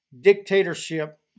dictatorship